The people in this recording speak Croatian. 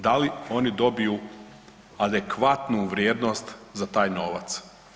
Da li oni dobiju adekvatnu vrijednost za taj novac?